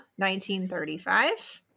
1935